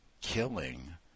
killing